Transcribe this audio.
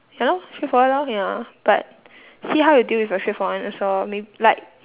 ya lor straightforward lor ya but see how you deal with your straightforwardness lor may~ like